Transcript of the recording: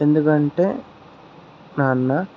ఎందుకంటే నాన్న